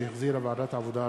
שהחזירה ועדת העבודה,